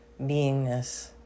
Beingness